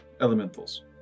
elementals